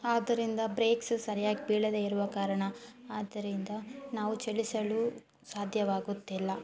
ಆದ್ದರಿಂದ ಬ್ರೇಕ್ಸ್ ಸರಿಯಾಗಿ ಬೀಳದೇ ಇರುವ ಕಾರಣ ಆದ್ದರಿಂದ ನಾವು ಚಲಿಸಲು ಸಾಧ್ಯವಾಗುತ್ತಿಲ್ಲ